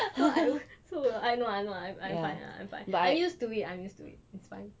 so I also will I know I know I'm fine ah ah I'm fine I'm used to it I'm used to it it's fine